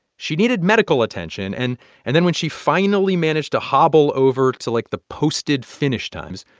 she needed medical attention. and and then when she finally managed to hobble over to, like, the posted finish times,